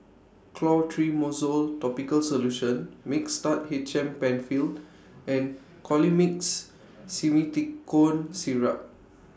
Clotrimozole Topical Solution Mixtard H M PenFill and Colimix Simethicone Syrup